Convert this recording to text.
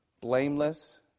Blameless